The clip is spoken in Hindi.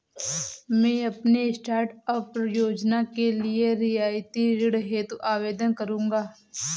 मैं अपने स्टार्टअप योजना के लिए रियायती ऋण हेतु आवेदन करूंगा